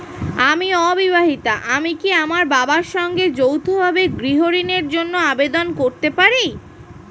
আমি অবিবাহিতা আমি কি আমার বাবার সঙ্গে যৌথভাবে গৃহ ঋণের জন্য আবেদন করতে পারি?